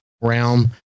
realm